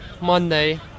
Monday